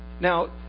Now